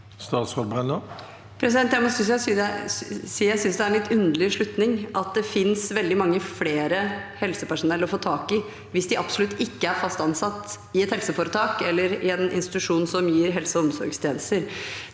Jeg må si jeg sy- nes det er en litt underlig slutning at det finnes veldig mye mer helsepersonell å få tak i hvis de absolutt ikke er fast ansatt i et helseforetak eller i en institusjon som gir helse- og omsorgstjenester.